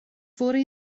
fory